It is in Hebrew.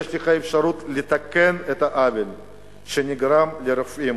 יש לך אפשרות לתקן את העוול שנגרם לרופאים